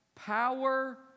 Power